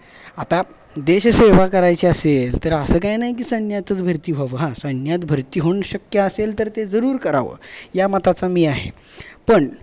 आता देशसेवा करायची असेल तर असं काही नाही की सैन्यातच भरती व्हावं हा सैन्यात भरती होऊन शक्य असेल तर ते जरूर करावं या मताचा मी आहे पण